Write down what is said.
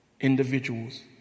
individuals